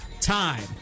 time